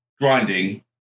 grinding